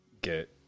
get